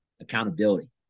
accountability